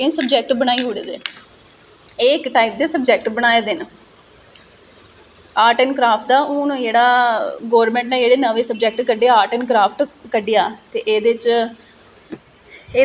लोकें गी विश्वास दिलाओ तुस जिसले कोई कम्पीटिशन च तुस पार्टीस्पेट करगे लोकें गी विश्वास दिलाओ कि तुस इक अच्छे आर्टिस्ट ओ तुस कोई बी अच्छी चीज बनाई सकने ओ तुस आर्ट एंड कराफ्ट करी सकने ओ